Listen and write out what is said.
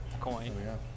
coin